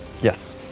Yes